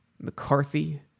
McCarthy